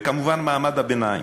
וכמובן מעמד הביניים: